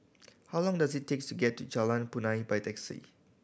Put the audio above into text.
how long does it takes to get to Jalan Punai by taxi